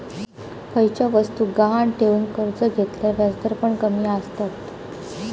खयच्या वस्तुक गहाण ठेवन कर्ज घेतल्यार व्याजदर पण कमी आसतत